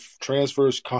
transfers